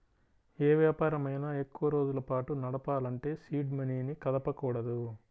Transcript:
యే వ్యాపారమైనా ఎక్కువరోజుల పాటు నడపాలంటే సీడ్ మనీని కదపకూడదు